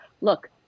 look